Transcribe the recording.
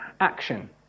action